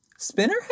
Spinner